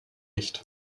nicht